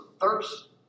thirst